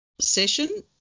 session